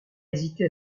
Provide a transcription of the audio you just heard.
hésité